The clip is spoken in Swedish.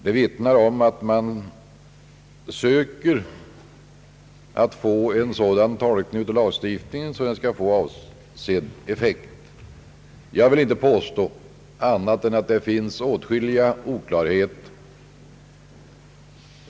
Det vittnar om att man eftersträvar en sådan tolkning av lagstiftningen att den skall få avsedd effekt. Jag vill inte påstå annat än att det finns åtskilliga oklarheter.